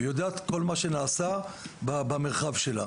והיא יודעת כל מה שנעשה במרחב שלה.